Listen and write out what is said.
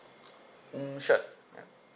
mm sure